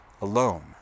Alone